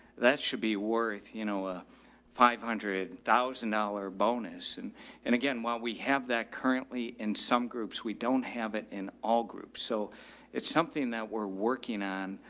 that should be worth, you know, a five hundred thousand dollars bonus. and and again, while we have that currently in some groups, we don't have it in all groups. so it's something that we're working on.